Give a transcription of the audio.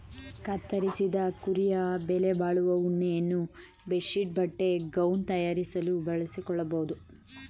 ಕತ್ತರಿಸಿದ ಕುರಿಯ ಬೆಲೆಬಾಳುವ ಉಣ್ಣೆಯನ್ನು ಬೆಡ್ ಶೀಟ್ ಬಟ್ಟೆ ಗೌನ್ ತಯಾರಿಸಲು ಬಳಸಿಕೊಳ್ಳಬೋದು